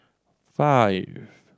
five